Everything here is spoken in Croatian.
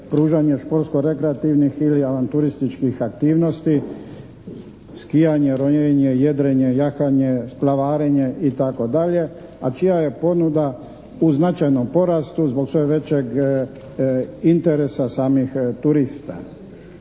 pružanje športsko rekreativnih ili avanturističkih aktivnosti, skijanje, ronjenje, jedrenje, jahanje, splavarenje itd., a čija je ponuda u značajnom porastu zbog sve većeg interesa samih turista.